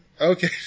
Okay